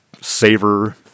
savor